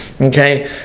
Okay